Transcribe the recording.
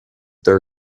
their